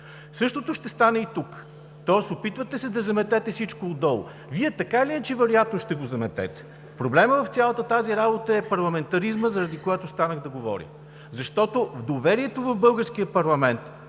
Същото ще стане и тук, тоест опитвате се да заметете всичко отдолу. Вие така или иначе вероятно ще го заметете. Проблемът в цялата тази работа е парламентаризмът, заради което станах да говоря. Защото доверието в българския парламент,